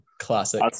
classic